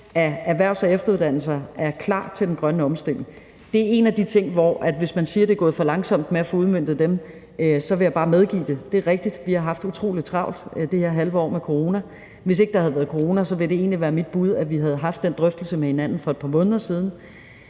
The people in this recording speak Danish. at erhvervs- og efteruddannelser er klar til den grønne omstilling. Hvis man siger, det er gået for langsomt med at få udmøntet dem, er det en af de ting, jeg vil medgive. Det er rigtigt, vi har haft utrolig travlt det her halve år med corona, og hvis ikke der havde været corona, ville det egentlig have været mit bud, at vi havde haft den drøftelse med hinanden for et par måneder siden.